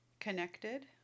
connected